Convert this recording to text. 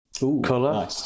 color